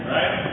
Right